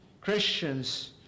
Christians